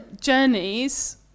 journeys